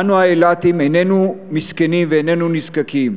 אנו האילתים איננו מסכנים ואיננו נזקקים.